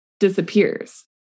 disappears